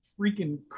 freaking